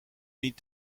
niet